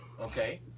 okay